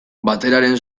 bateraren